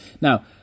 now